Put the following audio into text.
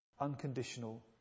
Unconditional